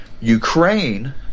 Ukraine